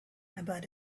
about